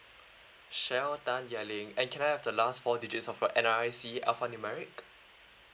sheryl tan yan ling and can I have the last four digits of your N_R_I_C alphanumeric